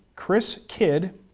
kris kidd,